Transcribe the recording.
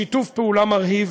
שיתוף פעולה מרהיב.